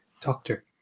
doctor